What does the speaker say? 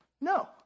No